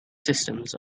systems